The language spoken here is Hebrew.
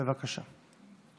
בבקשה.